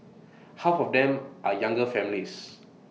half of them are younger families